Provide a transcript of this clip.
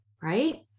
right